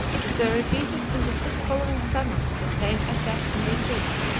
that they repeated in the six following summers the same attack and retreat,